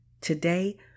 Today